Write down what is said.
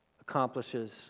accomplishes